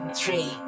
three